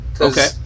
Okay